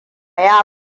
ya